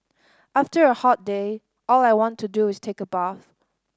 after a hot day all I want to do is take a bath